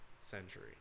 century